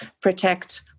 protect